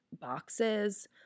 boxes